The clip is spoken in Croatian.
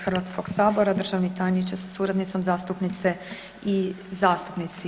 Hrvatskog sabora, državni tajniče sa suradnicom, zastupnice i zastupnici.